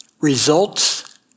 results